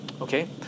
Okay